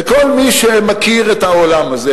וכל מי שמכיר את העולם הזה,